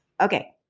Okay